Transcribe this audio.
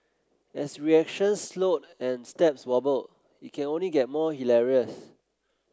as reactions slowed and steps wobble it can only get more hilarious